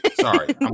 sorry